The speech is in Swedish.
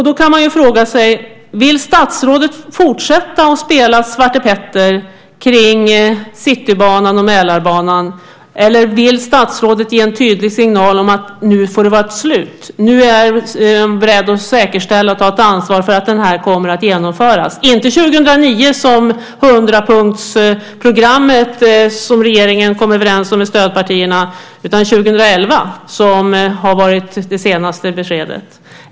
Då kan man fråga sig: Vill statsrådet fortsätta att spela svartepetter kring Citybanan och Mälarbanan, eller vill statsrådet ge en tydlig signal om att nu får det vara ett slut, nu är hon beredd att säkerställa och ta ett ansvar för att det här kommer att genomföras, inte 2009, som i det hundrapunktsprogram som regeringen kom överens om med stödpartierna, utan 2011, som har varit det senaste beskedet?